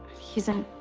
he's an